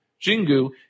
Jingu